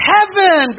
Heaven